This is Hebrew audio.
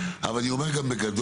אבל אני אומר גם בגדול,